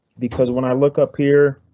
because when i look up here,